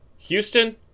Houston